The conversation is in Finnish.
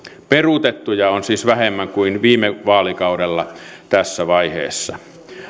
peruutettuja on siis vähemmän kuin viime vaalikaudella tässä vaiheessa